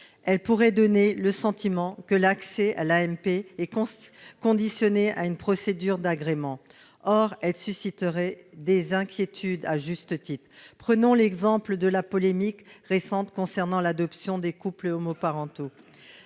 elle pourrait donner le sentiment que l'accès à l'AMP est conditionné à une procédure d'agrément et susciter des inquiétudes, à juste titre. Prenons l'exemple de la polémique récente concernant l'adoption des couples homoparentaux.